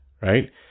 right